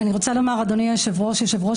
אני רוצה לומר, אדוני היושב-ראש, יושב-ראש